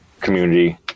community